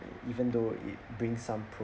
even though it bring some